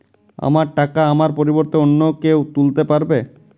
আমার টাকা আমার পরিবর্তে অন্য কেউ তুলতে পারবে?